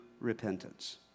repentance